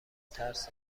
ترس